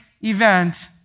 event